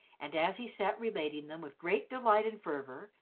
and as he sat relating them with great delight and fervour,